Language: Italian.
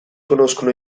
conoscono